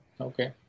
Okay